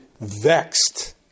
vexed